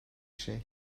şey